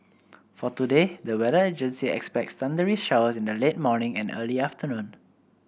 for today the weather agency expects thundery showers in the late morning and early afternoon